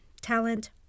Talent